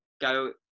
go